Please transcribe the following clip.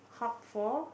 hub for